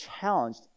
challenged